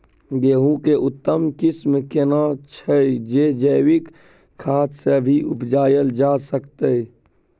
गेहूं के उत्तम किस्म केना छैय जे जैविक खाद से भी उपजायल जा सकते?